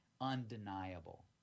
undeniable